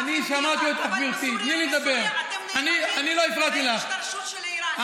ובסוריה אתם נאבקים בהתבססות של איראן.